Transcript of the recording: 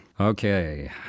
Okay